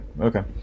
Okay